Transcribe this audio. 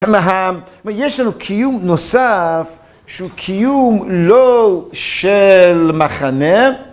יש לנו קיום נוסף, שהוא קיום לא של מחנה